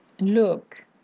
look